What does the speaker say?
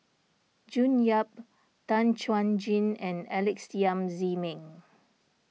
June Yap Tan Chuan Jin and Alex Yam Ziming